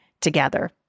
together